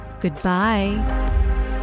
Goodbye